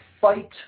fight